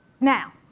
Now